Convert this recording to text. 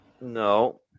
No